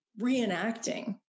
reenacting